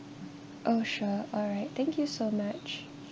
oh sure alright thank you so much